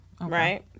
Right